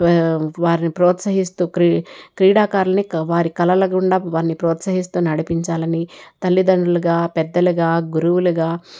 వే వారిని ప్రోత్సహిస్తూ క్రీ క్రీడాకారులని వారి కలలగుండా వారిని ప్రోత్సహిస్తూ నడిపించాలని తల్లిదండ్రులుగా పెద్దలుగా గురువులుగా